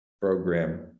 program